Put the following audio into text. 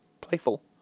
playful